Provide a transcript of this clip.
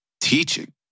teaching